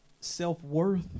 self-worth